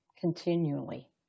continually